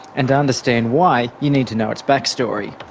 and to understand why you need to know its back story.